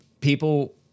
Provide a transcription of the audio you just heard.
People